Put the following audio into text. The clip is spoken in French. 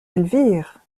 elvire